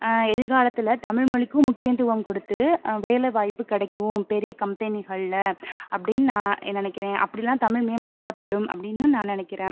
எதிர்காலத்தில் தமிழ்மொழிக்கும் முக்கியத்துவம் கொடுத்து வேலை வாய்ப்பு கிடைக்கும் பெரிய கம்பெனிகளில் அப்படின்னு நான் நினைக்கிறேன் அப்படில்லாம் தமிழ் மேம்படுத்தப்படும் அப்படின்னு நான் நினைக்கிறேன்